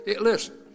Listen